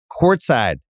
courtside